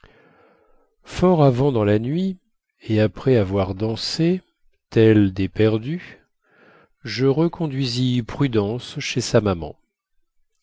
fort avant dans la nuit et après avoir dansé tels des perdus je reconduisis prudence chez sa maman